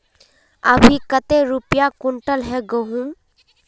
अभी कते रुपया कुंटल है गहुम?